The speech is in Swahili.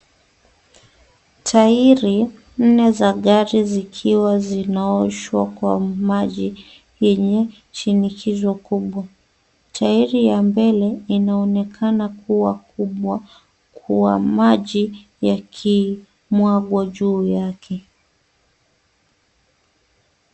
Tairi nne za gari zikiwa zinaoshwa kwa maji yenye shinikizo kubwa. Tairi ya mbele inaonekana kuwa kubwa kwa maji yakimwagwa juu yake.